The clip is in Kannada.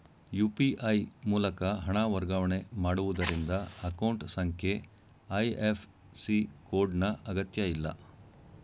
ಯು.ಪಿ.ಐ ಮೂಲಕ ಹಣ ವರ್ಗಾವಣೆ ಮಾಡುವುದರಿಂದ ಅಕೌಂಟ್ ಸಂಖ್ಯೆ ಐ.ಎಫ್.ಸಿ ಕೋಡ್ ನ ಅಗತ್ಯಇಲ್ಲ